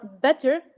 better